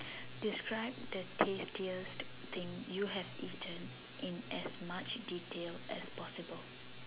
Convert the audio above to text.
describe the tastiest thing you have eaten in as much detail as possible